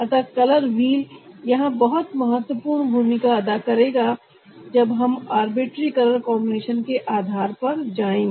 अतः colour wheel यहां बहुत महत्वपूर्ण भूमिका अदा करेगा जब हम आर्बिट्री कलर कॉन्बिनेशन के आधार पर जाएंगे